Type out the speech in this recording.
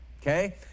Okay